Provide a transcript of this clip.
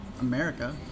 america